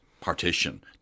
partition